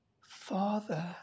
Father